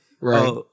Right